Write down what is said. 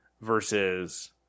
versus